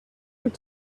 were